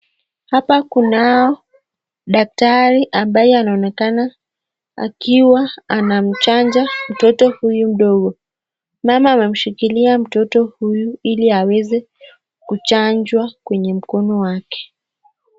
Hapa kunayo daktari ambaye anamchanja mtoto mdogo. Mama amemshikilia mtoto huyu ili aweze kuchanjwa kwenye mkono wake.